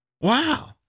wow